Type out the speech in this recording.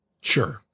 sure